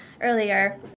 earlier